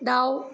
दाउ